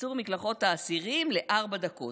קיצור מקלחות האסירים לארבע דקות.